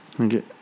okay